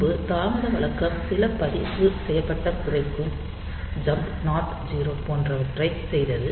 முன்பு தாமத வழக்கம் சில பதிவுசெய்யப்பட்ட குறைக்கும் ஜம்ப் நாட் 0 போன்றவற்றைஸ் செய்தது